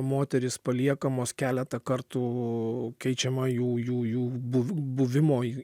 moterys paliekamos keletą kartų keičiama jų jų jų buvi buvimo jų